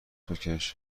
بکش